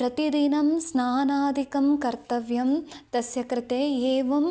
प्रतिदिनं स्नानादिकं कर्तव्यं तस्य कृते एवम्